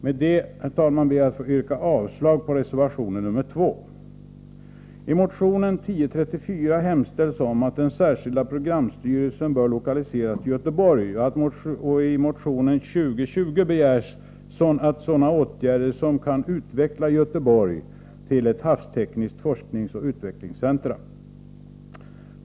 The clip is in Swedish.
Med det, herr talman, ber jag att få yrka avslag på reservation 2. I motion 1034 hemställs att den särskilda programstyrelsen bör lokaliseras till Göteborg, och i motion 2020 begärs sådana åtgärder som kan utveckla Göteborg till ett havstekniskt forskningsoch utvecklingscentrum.